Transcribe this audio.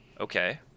okay